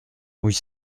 huit